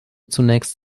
zunächst